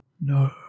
No